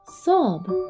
sob